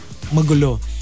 magulo